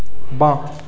বাঁ